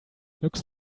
looks